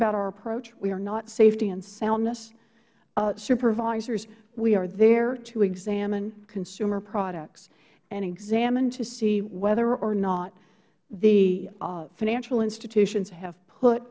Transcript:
about our approach we are not safety and soundness supervisors we are there to examine consumer products and examine to see whether or not the financial institutions have put